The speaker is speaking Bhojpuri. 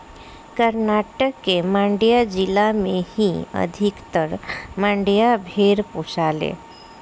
कर्नाटक के मांड्या जिला में ही अधिकतर मंड्या भेड़ पोसाले